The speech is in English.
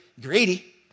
greedy